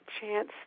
chance